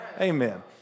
Amen